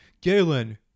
Galen